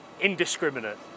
indiscriminate